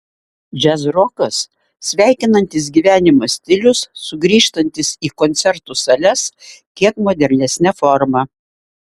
džiazrokas sveikinantis gyvenimą stilius sugrįžtantis į koncertų sales kiek modernesne forma